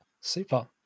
Super